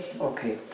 Okay